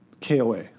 KOA